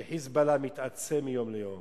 ש"חיזבאללה" מתעצם מיום ליום,